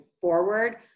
forward